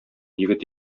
егет